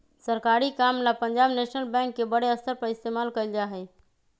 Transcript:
सरकारी काम ला पंजाब नैशनल बैंक के बडे स्तर पर इस्तेमाल कइल जा हई